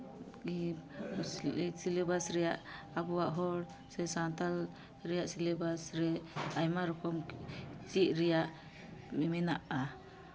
syllabus ᱨᱮᱭᱟᱜ ᱟᱵᱚᱣᱟᱜ ᱦᱚᱲ ᱥᱮ ᱥᱟᱱᱛᱟᱞ ᱨᱮᱭᱟᱜ ᱥᱤᱞᱮᱵᱟᱥ ᱨᱮ ᱟᱭᱢᱟ ᱨᱚᱠᱚᱢ ᱪᱮᱫ ᱨᱮᱭᱟᱜ ᱢᱮᱱᱟᱜᱼᱟ